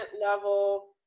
level